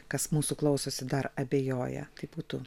kas mūsų klausosi dar abejoja tai būtų